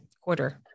quarter